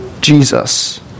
Jesus